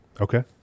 Okay